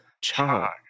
charge